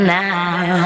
now